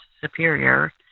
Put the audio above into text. superior